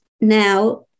now